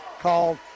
called